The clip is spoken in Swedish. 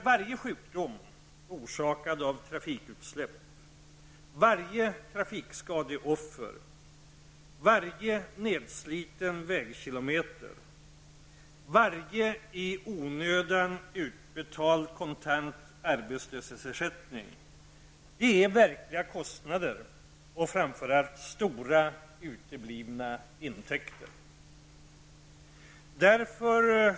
Varje sjukdom orsakad av trafikutsläpp, varje trafikskadeoffer, varje nedsliten vägkilometer och varje i onödan utbetald kontant arbetslöshetsersättning medför verkliga kostnader och framför allt stora uteblivna intäkter.